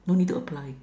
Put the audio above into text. no need to apply